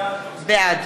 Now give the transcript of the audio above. בעד